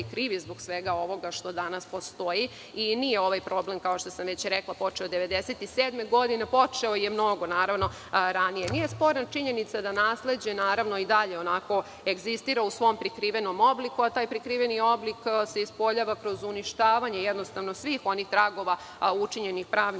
krivi zbog svega ovoga što danas postoji i nije ovaj problem počeo 1997. godine, počeo je mnogo ranije. Nije sporna činjenica da nasleđe i dalje egzistira u svom prikrivenom obliku, a taj prikriveni oblik se ispoljava kroz uništavanje svih onih tragova i učinjenih pravnih